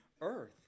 earth